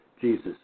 Jesus